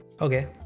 Okay